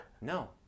No